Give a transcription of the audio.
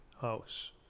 house